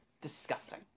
Disgusting